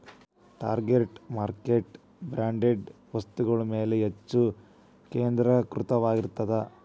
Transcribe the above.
target market branded ವಸ್ತುಗಳ ಮ್ಯಾಲೆ ಹೆಚ್ಚ್ ಕೇಂದ್ರೇಕೃತವಾಗಿರತ್ತ